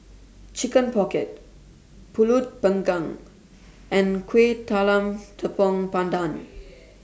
Chicken Pocket Pulut Panggang and Kueh Talam Tepong Pandan